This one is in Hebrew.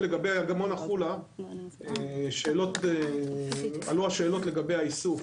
לגבי אגמון החולה, עלו שאלות לגבי האיסוף.